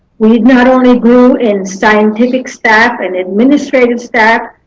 we had not only grew in scientific staff and administrative staff,